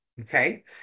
okay